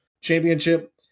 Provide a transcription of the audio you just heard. Championship